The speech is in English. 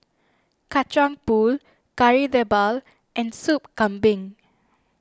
Kacang Pool Kari Debal and Soup Kambing